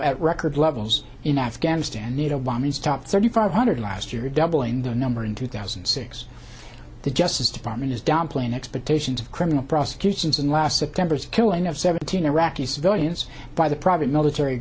at record levels in afghanistan nato bombings top thirty five hundred last year doubling the number in two thousand and six the justice department is downplaying expectations of criminal prosecutions and last september's killing of seventeen iraqi civilians by the private military